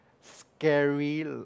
scary